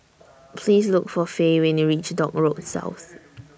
Please Look For Faye when YOU REACH Dock Road South